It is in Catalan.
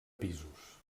pisos